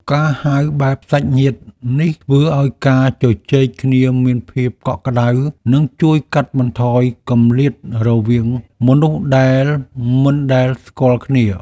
ការហៅបែបសាច់ញាតិនេះធ្វើឱ្យការជជែកគ្នាមានភាពកក់ក្តៅនិងជួយកាត់បន្ថយគម្លាតរវាងមនុស្សដែលមិនដែលស្គាល់គ្នា។